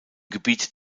gebiet